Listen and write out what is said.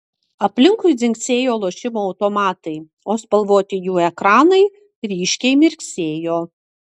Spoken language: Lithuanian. aplinkui dzingsėjo lošimo automatai o spalvoti jų ekranai ryškiai mirksėjo